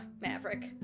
Maverick